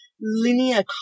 linear